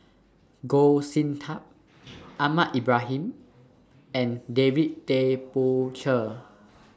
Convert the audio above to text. Goh Sin Tub Ahmad Ibrahim and David Tay Poey Cher